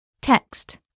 Text